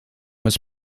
was